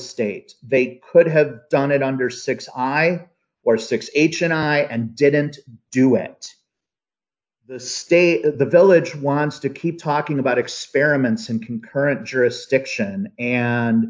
state they could have done it under six i or six h and i and didn't do it the state of the village wants to keep talking about experiments and concurrent jurisdiction and